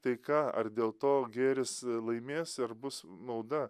taika ar dėl to gėris laimės ar bus nauda